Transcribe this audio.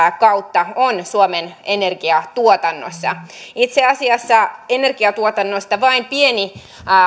kautta on suomen energiatuotannossa itse asiassa energiatuotannosta vain pieni